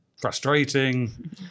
frustrating